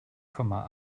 komma